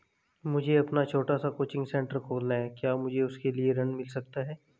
मुझे अपना छोटा सा कोचिंग सेंटर खोलना है क्या मुझे उसके लिए ऋण मिल सकता है?